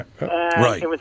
Right